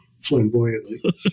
flamboyantly